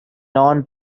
non